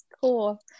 cool